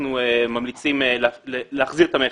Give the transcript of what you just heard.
אנחנו ממליצים להחזיר את המכס.